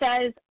says